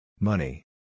Money